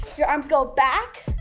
you're arms go back,